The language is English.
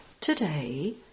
Today